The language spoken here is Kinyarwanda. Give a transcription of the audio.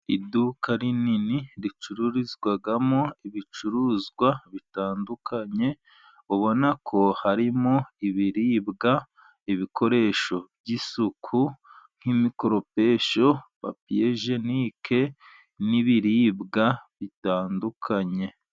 Iduka rinini ricururizwamo ibicuruzwa bitandukanye, ubona ko harimo ibiribwa, ibikoresho by'isuku nk'imikoropesho, bapiyejenike, n'ibiribwa bitandukanye.